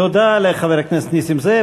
תודה לחבר הכנסת נסים זאב.